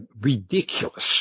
ridiculous